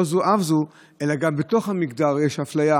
לא זו אף זו, גם בתוך המגדר יש אפליה